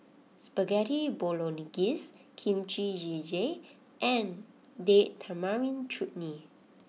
Spaghetti Bolognese Kimchi Jjigae and Date Tamarind Chutney